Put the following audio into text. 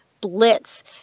blitz